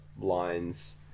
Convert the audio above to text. lines